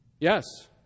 Yes